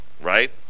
right